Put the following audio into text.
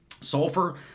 Sulfur